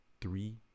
three